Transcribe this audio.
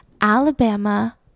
Alabama